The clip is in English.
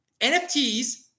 nfts